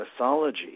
mythology